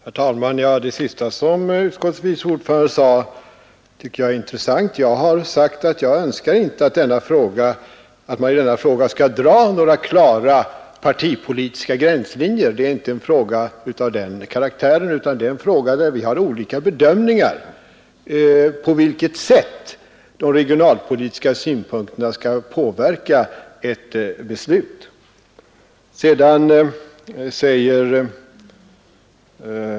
Herr talman! Det där sista som utskottets vice ordförande sade tyckte jag var intressant. Jag har framhållit att jag inte önskar att man i denna fråga skall dra några klara partipolitiska gränslinjer. Det är inte en fråga av den karaktären, utan det är en fråga där vi har olika bedömningar om på vilket sätt de regionalpolitiska synpunkterna skall påverka ett beslut.